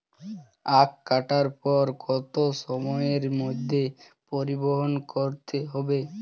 আখ কাটার পর কত সময়ের মধ্যে পরিবহন করতে হবে?